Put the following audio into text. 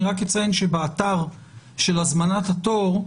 אני רק אציין שבאתר של הזמנת התור,